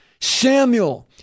samuel